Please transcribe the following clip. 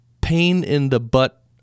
pain-in-the-butt